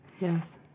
yes